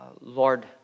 Lord